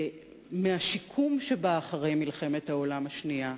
מהשיקום שבא אחרי מלחמת העולם השנייה,